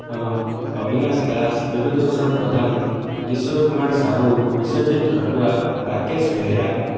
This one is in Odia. ହଁ ଅଭିନାଶ ଦାସ ବିଭୂତି ଭୂଷଣ ପ୍ରଧାନ କିଶୋର କୁମାର ସାହୁ ବିଶ୍ୱଜିତ ଖଟୁଆ ରାକେଶ ବେହେରା